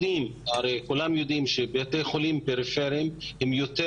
כולם יודעים שבתי חולים פריפריים הם יותר